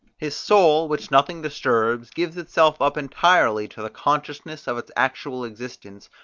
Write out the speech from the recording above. his soul, which nothing disturbs, gives itself up entirely to the consciousness of its actual existence,